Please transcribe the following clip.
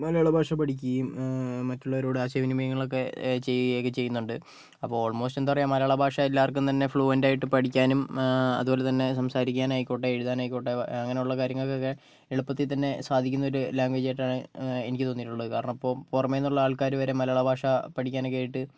മലയാളഭാഷ പഠിക്കുകയും മറ്റുള്ളവരോട് ആശയവിനിമയങ്ങളൊക്കെ ചെയ്യുകയൊക്കെ ചെയ്യുന്നുണ്ട് അപ്പോൾ ഓൾമോസ്റ്റ് എന്താ പറയുക മലയാളഭാഷ എല്ലാവർക്കും തന്നെ ഫ്ലുവൻറ്റായിട്ട് പഠിക്കാനും അതുപോലെത്തന്നെ സംസാരിക്കാനായിക്കോട്ടെ എഴുതാനായിക്കോട്ടെ അങ്ങനെയുള്ള കാര്യങ്ങൾക്കൊക്കെ എളുപ്പത്തിൽത്തന്നെ സാധിക്കുന്നൊരു ലാംഗ്വേജ് ആയിട്ടാണ് എനിക്ക് തോന്നിയിട്ടുള്ളത് കാരണം ഇപ്പം പുറമേ നിന്നുള്ള ആൾക്കാർവരെ മലയാള ഭാഷ പഠിക്കാനൊക്കെയായിട്ട്